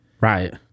Right